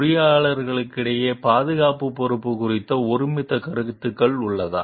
பொறியாளர்களிடையே பாதுகாப்பு பொறுப்பு குறித்து ஒருமித்த கருத்து உள்ளதா